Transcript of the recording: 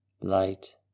light